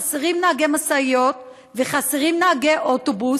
חסרים נהגי משאיות וחסרים נהגי אוטובוס.